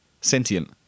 sentient